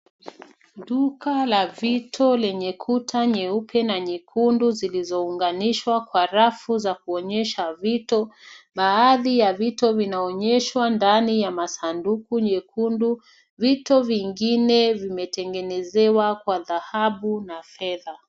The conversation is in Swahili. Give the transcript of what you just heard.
Duka la vito lenye kuta nyeupe na nyekundu zilizounganishwa kwa rafu za kuonyesha vito. Baadhi ya vito vinaonyeshwa ndani ya masanduku nyekundu. Vito vingine vimetengenezewa kwa dhahabu na fedha.